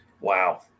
Wow